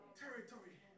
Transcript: territory